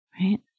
right